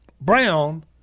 brown